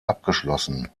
abgeschlossen